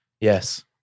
Yes